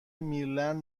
مریلند